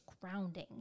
grounding